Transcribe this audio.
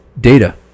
Data